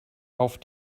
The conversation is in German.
auf